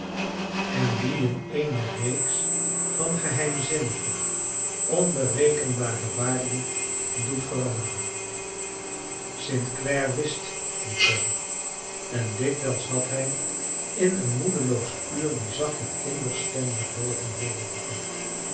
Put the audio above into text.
en die in eene reeks van geheimzinnige onberekenbare waarde doet veranderen st clare wist dit wel en dikwijls had hij in een moedeloos uur die zachte kinderstem naar boven hooren roepen